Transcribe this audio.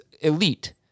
elite